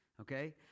okay